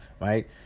right